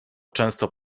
często